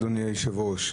אדוני היושב-ראש.